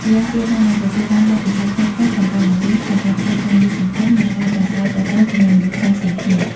ម្យ៉ាងទៀតអ្នកនឹងទទួលបានបទពិសោធន៍ថ្មីៗក្នុងការបង្រៀន ក្នុងការធ្វើការងារសង្គម និងការប្រាស្រ័យទាក់ទងជាមួយមនុស្សផ្សេងៗគ្នា។